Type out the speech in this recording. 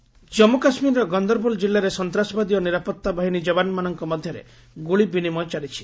JK operation Jammu କାଶ୍ମୀରର ଗନ୍ଦର୍ବଲ୍ ଜିଲ୍ଲାରେ ସନ୍ତାସବାଦୀ ଓ ନିରାପତ୍ତା ବାହିନୀ ଯବାନମାନଙ୍କ ମଧ୍ୟରେ ଗୁଳି ବିନିମୟ ଚାଲିଛି